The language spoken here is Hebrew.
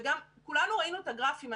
וגם כולנו ראינו את הגרפים,